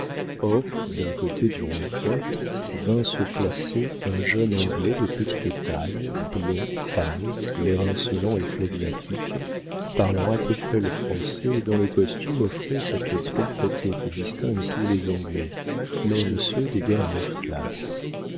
or d'un côté du rond-point vint se placer un jeune anglais de petite taille blond pâle l'air insolent et flegmatique parlant à peu près le français et dont le costume offrait cette propreté qui distingue tous les anglais même ceux des dernières classes